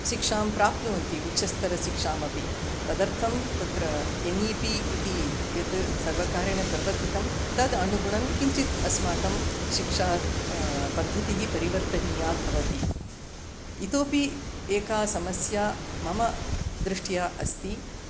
शिक्षां प्राप्नुवन्ति उच्चस्तरशिक्षामपि तदर्थं तत्र एन्नीपि इति यत् सर्वकारेण प्रवर्तितं तद् अनुगुणं किञ्चित् अस्माकं शिक्षापद्धतिः परिवर्तनीया भवति इतोऽपि एका समस्या मम दृष्ट्या अस्ति